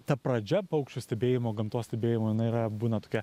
ta pradžia paukščių stebėjimo gamtos stebėjimo jinai yra būna tokia